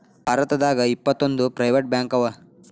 ಭಾರತದಾಗ ಇಪ್ಪತ್ತೊಂದು ಪ್ರೈವೆಟ್ ಬ್ಯಾಂಕವ